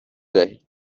دهید